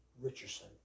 Richardson